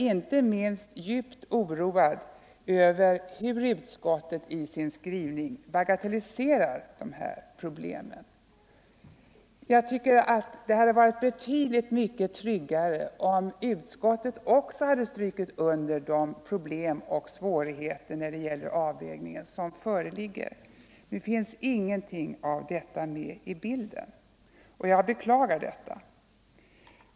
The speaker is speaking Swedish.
Inte minst blev jag oroad över hur utskottet i sin skrivning bagatelliserar dessa problem. Jag tycker att det hade varit betydligt mycket tryggare om utskottet också hade strukit under de problem och svårigheter när det gäller avvägningen som föreligger. Nu finns ingenting av detta med i bilden, och jag beklagar det.